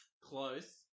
Close